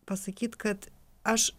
pasakyt kad aš